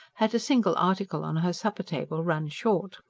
had a single article on her supper-table run short.